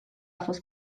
fost